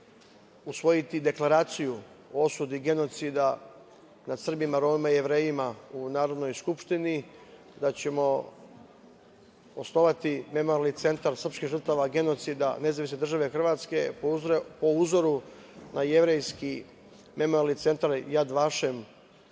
usvojiti deklaraciju o osudi geneocida nad Srbima, Romima i Jevrejima u Narodnoj skupštini, da ćemo osnovati Memorijalni centar srpskih žrtava genocida Nezavisne države Hrvatske po uzoru na jevrejski Memorijalni centar „Jad Vašen“